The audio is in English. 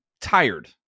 tired